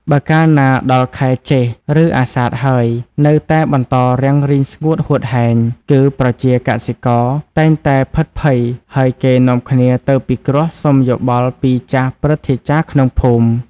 បើកាលណាដល់ខែជេស្ឋ ឬអាសាឍហើយនៅតែបន្តរាំងរីងស្ងួតហួតហែង គឺប្រជាកសិករតែងតែភិតភ័យហើយគេនាំគ្នាទៅពិគ្រោះសុំយោបល់ពីចាស់ព្រឹទ្ធាចារ្យក្នុងភូមិ។